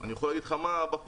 אני יכול להגיד לך מה בפועל.